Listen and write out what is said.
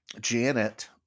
Janet